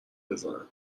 بزنیم